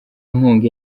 nkunga